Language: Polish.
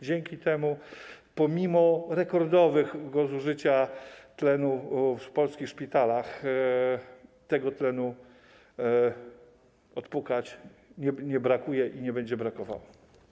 Dzięki temu pomimo rekordowego zużycia tlenu w polskich szpitalach tego tlenu, odpukać, nie brakuje i nie będzie brakowało.